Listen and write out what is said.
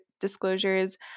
Disclosures